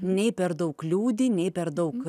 nei per daug liūdi nei per daug